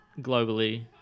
globally